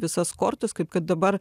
visas kortas kaip kad dabar